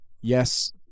yes